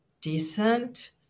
decent